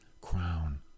crown